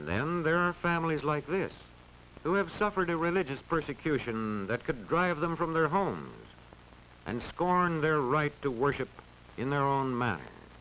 and then there are families like this who have suffered a religious persecution that could drive them from their homes and scorn their right to worship in their own mind